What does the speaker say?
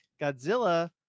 Godzilla